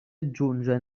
aggiunge